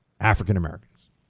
African-Americans